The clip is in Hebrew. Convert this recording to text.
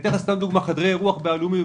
אתן לך דוגמה: חדרי אירוח בעלומים או